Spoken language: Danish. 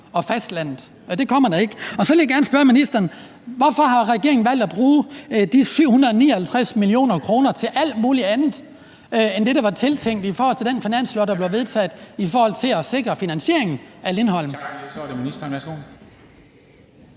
og fastlandet, men det gør man ikke. Så vil jeg gerne spørge ministeren: Hvorfor har regeringen valgt at bruge de 759 mio. kr. til alt muligt andet end det, der var tiltænkt i forhold til den finanslov, der blev vedtaget i forhold til at sikre finansieringen af Lindholm?